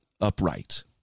upright